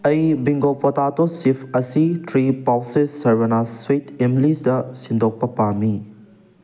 ꯑꯩ Bingo potato chip ꯑꯁꯤ three pouches ꯁꯔꯕꯅꯥꯁ ꯁꯨꯏꯠ ꯏꯝꯂꯤꯁꯗ ꯁꯤꯟꯗꯣꯛꯄ ꯄꯥꯝꯃꯤ